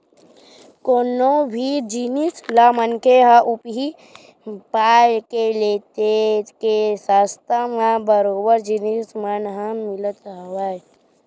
कोनो भी जिनिस ल मनखे ह उही पाय के लेथे के सस्ता म बरोबर जिनिस मन ह मिलत हवय